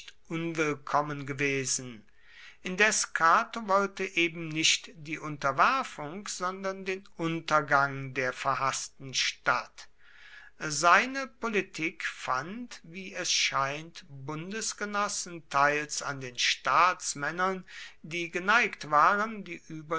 unwillkommen gewesen indes cato wollte eben nicht die unterwerfung sondern den untergang der verhaßten stadt seine politik fand wie es scheint bundesgenossen teils an den staatsmännern die geneigt waren die